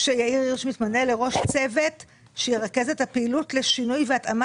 ש"יאיר הירש מתמנה לראש צוות שירכז את הפעילות לשינוי והתאמת